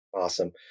awesome